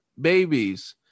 babies